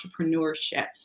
entrepreneurship